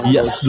Yes